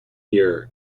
year